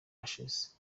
ashes